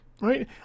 right